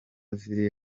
ziri